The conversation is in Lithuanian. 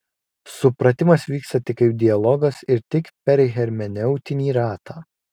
supratimas vyksta tik kaip dialogas ir tik per hermeneutinį ratą